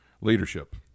Leadership